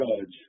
judge